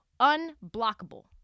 unblockable